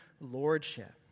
Lordship